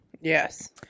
Yes